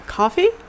Coffee